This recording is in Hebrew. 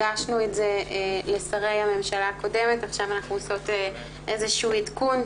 הגשנו את זה לשרי הממשלה הקודמת ועכשיו אנחנו עושות איזה שהוא עדכון,